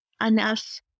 enough